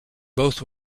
both